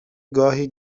گاهی